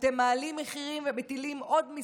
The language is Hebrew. אתם מעלים מחירים ומטילים עוד מיסים.